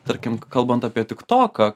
tarkim kalbant apie tiktoką